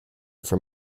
for